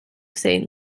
saint